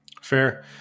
fair